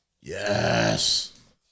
Yes